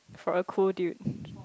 for a cool dude